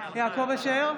יעקב אשר,